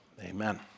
Amen